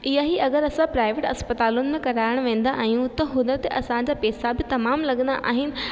इहा ई अगरि असां प्राइवेट अस्पतालुनि में कराइणु वेंदा आहियूं त हुन ते असांजा पैसा बि तमामु लॻंदा आहिनि